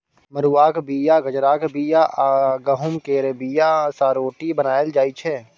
मरुआक बीया, बजराक बीया आ गहुँम केर बीया सँ रोटी बनाएल जाइ छै